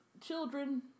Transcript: children